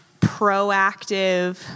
proactive